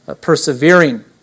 persevering